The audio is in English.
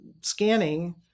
scanning